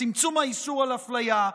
צמצום איסור אפליה,